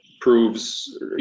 proves